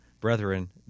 brethren